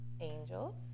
angels